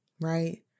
right